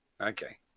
Okay